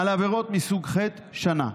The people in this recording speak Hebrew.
על עבירות מסוג חטא, שנה,